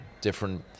different